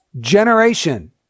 generation